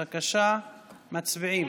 בבקשה, מצביעים.